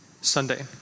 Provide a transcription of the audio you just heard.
Sunday